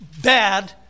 bad